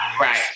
right